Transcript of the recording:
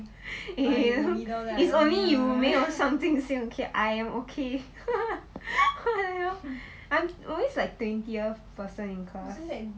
eh is only you 没有上进心 okay I am okay what the hell I'm always like the twentieth person in class